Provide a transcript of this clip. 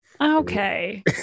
Okay